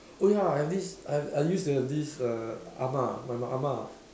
oh ya and this I I used to have this err ah-ma my ah-ma